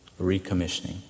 recommissioning